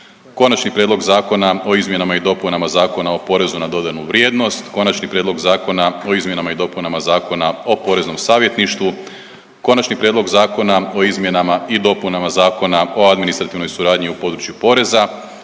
Konačni prijedlog Zakona o izmjenama i dopunama Zakona o porezu na dodanu vrijednost, Konačni prijedlog Zakona o izmjenama i dopunama Zakona o poreznom savjetništvu, Konačni prijedlog Zakona o izmjenama i dopunama Zakona o administrativnoj suradnji u području poreza